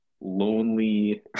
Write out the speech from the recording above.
lonely